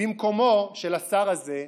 במקומו של השר הזה,